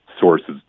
sources